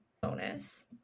Bonus